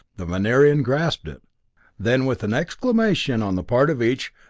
the venerian grasped it then with an exclamation on the part of each,